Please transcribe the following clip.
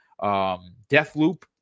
Deathloop